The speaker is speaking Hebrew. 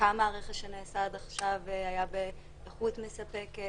כמה הרכש שנעשה עד עכשיו היה באיכות מספקת?